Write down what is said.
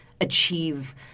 achieve